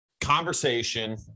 conversation